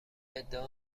ادعا